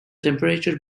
temperature